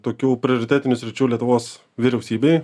tokių prioritetinių sričių lietuvos vyriausybei